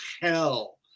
hell